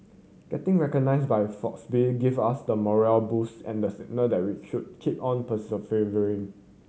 getting recognised by Forbes give us the morale boost and the signal that we should keep on persevering